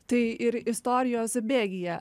tai ir istorijos bėgyje